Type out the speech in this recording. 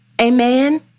Amen